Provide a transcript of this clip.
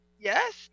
Yes